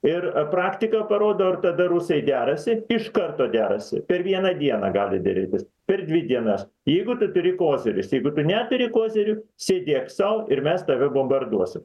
ir praktika parodo ar tada rusai derasi iš karto derasi per vieną dieną gali derėtis per dvi dienas jeigu tu turi koziris jeigu tu neturi kozirių sėdėk sau ir mes tave bombarduosim